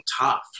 tough